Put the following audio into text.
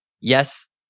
yes